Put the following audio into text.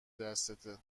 دستته